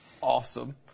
awesome